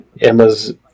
Emma's